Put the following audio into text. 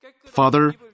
Father